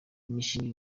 imishinga